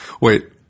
Wait